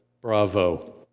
bravo